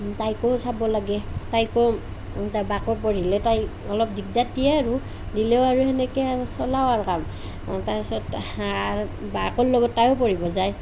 তাইকো চাব লাগে তাইকো তাইৰ বাকো পঢ়িলে তাই অলপ দিগদাৰ দিয়ে আৰু দিলেও আৰু সেনেকৈ আৰু চলাওঁ আৰু কাম তাৰপাছত আৰু বায়েকৰ লগত তায়ো পঢ়িব যায়